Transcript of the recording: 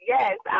Yes